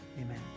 Amen